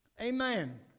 Amen